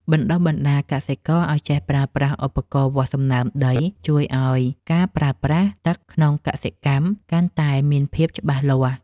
បណ្ដុះបណ្ដាលកសិករឱ្យចេះប្រើប្រាស់ឧបករណ៍វាស់សំណើមដីជួយឱ្យការប្រើប្រាស់ទឹកក្នុងកសិកម្មកាន់តែមានភាពច្បាស់លាស់។